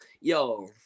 yo